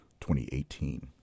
2018